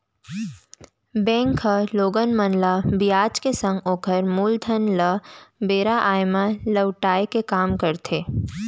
bank ह लोगन मन ल बियाज के संग ओकर मूलधन ल बेरा आय म लहुटाय के काम करथे